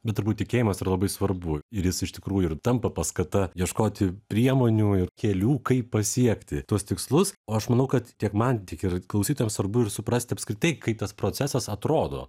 bet turbūt tikėjimas yra labai svarbu ir jis iš tikrųjų ir tampa paskata ieškoti priemonių ir kelių kaip pasiekti tuos tikslus o aš manau kad tiek man tiek ir klausytojam svarbu ir suprasti apskritai kaip tas procesas atrodo